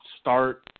start